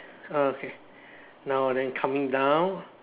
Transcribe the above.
oh okay now then coming down